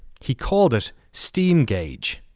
he called it steam gauge.